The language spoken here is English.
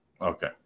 Okay